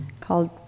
called